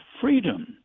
freedom